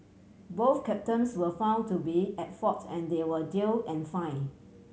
both captains were found to be at fault and they were jail and fine